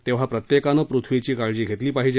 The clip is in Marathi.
तेव्हा प्रत्येकानं पृथ्वीची काळजी घेतली पाहिजे